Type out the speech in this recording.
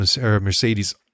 mercedes